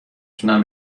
تونم